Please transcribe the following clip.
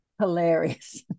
Hilarious